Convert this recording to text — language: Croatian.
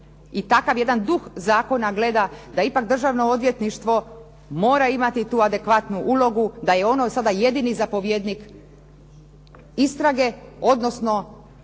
i takav jedan duh zakona gleda da ipak državno odvjetništvo mora imati tu adekvatnu ulogu da je ono sada jedini zapovjednik istrage odnosno